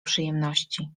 przyjemności